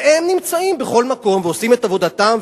והם נמצאים בכל מקום ועושים את עבודתם.